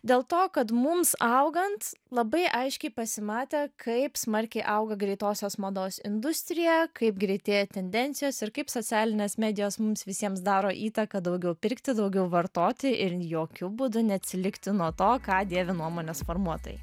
dėl to kad mums augant labai aiškiai pasimatė kaip smarkiai auga greitosios mados industrija kaip greitėja tendencijos ir kaip socialinės medijos mums visiems daro įtaką daugiau pirkti daugiau vartoti ir jokiu būdu neatsilikti nuo to ką dėvi nuomonės formuotojai